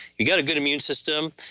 you got a good immune system,